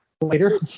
Later